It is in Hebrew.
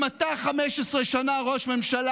אם אתה 15 שנה ראש ממשלה,